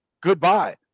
Goodbye